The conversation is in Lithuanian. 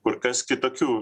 kur kas kitokių